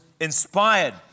inspired